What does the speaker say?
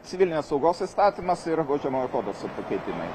civilinės saugos įstatymas ir baudžiamojo kodekso pakeitimai